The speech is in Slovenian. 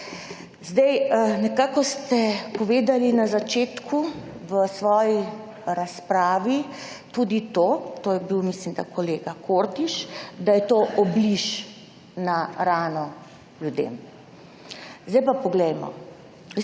Zdaj nekako ste povedali na začetku v svoji razpravi tudi to, to je bil, mislim, da kolega Kordiš, da je to obliž na rano ljudem. Zdaj pa poglejmo.